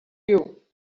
you